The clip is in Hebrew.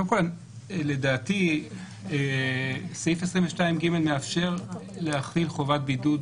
לדעתי סעיף 22(ג) מאפשר להחיל חובת בידוד